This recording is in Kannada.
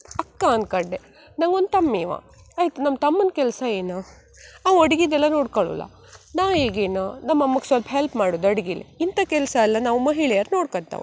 ಅಕ್ಕ ಅನ್ಕಂಡೆ ನಂಗೊಂದು ತಮ್ಮವ ಆಯ್ತು ನಮ್ಮ ತಮ್ಮನ ಕೆಲಸ ಏನು ಅವ ಅಡ್ಗೆದೆಲ್ಲ ನೋಡ್ಕಳ್ಳುಲ್ಲ ನಾ ಈಗೇನು ನಮ್ಮ ಅಮ್ಮಗೆ ಸಲ್ಪ ಹೆಲ್ಪ್ ಮಾಡುದು ಅಡ್ಗಿಲಿ ಇಂಥ ಕೆಲಸ ಎಲ್ಲ ನಾವು ಮಹಿಳೆಯರು ನೋಡ್ಕಂತಾವೆ